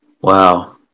Wow